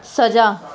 ਸਜਾ